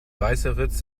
weißeritz